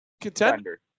contender